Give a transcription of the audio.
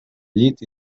llit